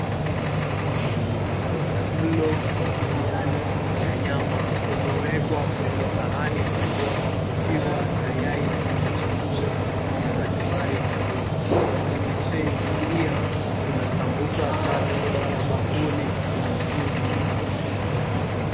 Mlo wa biriani ya nyama imewekwa kwenye sahani kubwa ukiwa na yai la kuchemsha na kachumbari pembeni, kwenye trai pia kuna sambusa tatu na bakuli la mchuzi.